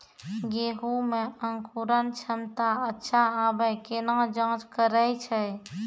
गेहूँ मे अंकुरन क्षमता अच्छा आबे केना जाँच करैय छै?